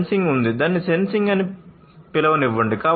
మనకు సెన్సింగ్ ఉంది దాన్ని సెన్సింగ్ అని పిలవనివ్వండి